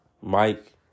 Mike